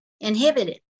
inhibited